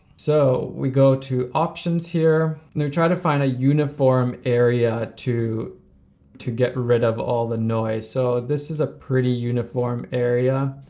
so we go to options here, and they're trying to find a uniform area to to get rid of all the noise, so this is a pretty uniform area.